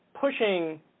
pushing